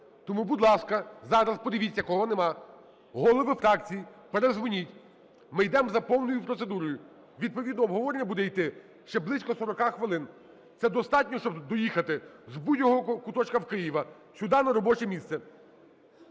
Тому, будь ласка, зараз подивіться, кого нема, голови фракцій, передзвоніть. Ми йдемо за повною процедурою, відповідно обговорення буде йти ще близько сорока хвилин. Це достатньо, щоб доїхати з будь-якого куточка Києва сюди, на робоче місце.